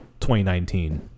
2019